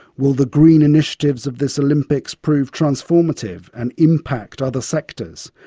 will the green initiatives of this olympics prove transformative and impact other sectors?